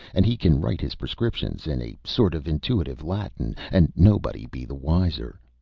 and he can write his prescriptions in a sort of intuitive latin and nobody be the wiser,